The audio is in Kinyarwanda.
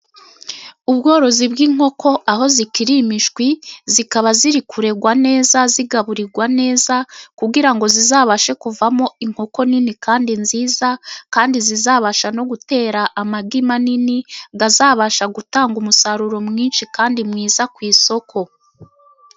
Ubworozi bw'inkoko aho zikiri imishwi, zikaba ziri kurerwa neza, zigaburirwa neza kugira ngo zizabashe kuvamo inkoko nini kandi nziza, kandi zizabasha no gutera amagi manini, zizabasha gutanga umusaruro mwinshi kandi mwiza ku isoko.